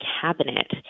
cabinet